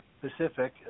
Pacific